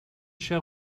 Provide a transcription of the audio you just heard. shall